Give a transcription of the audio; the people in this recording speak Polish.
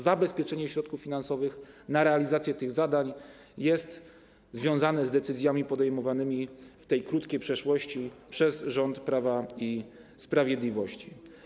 Zabezpieczenie środków finansowych na realizację tych zadań jest związane z decyzjami podejmowanymi w niedalekiej przeszłości przez rząd Prawa i Sprawiedliwości.